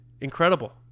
incredible